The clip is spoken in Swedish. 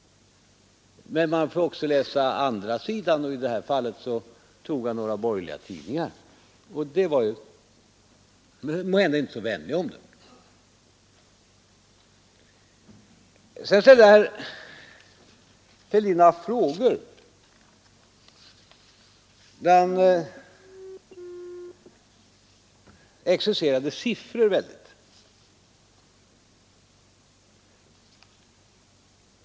Men man får också läsa andra sidan, och i det här fallet tog jag några borgerliga tidningar, och det var måhända inte så vänliga omdömen de hade. Herr Fälldin ställde några frågor, där han i stor utsträckning exercerade siffror.